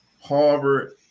Harvard